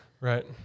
Right